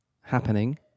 happening